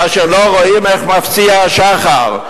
כאשר לא רואים איך מפציע השחר,